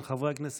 אטבריאן.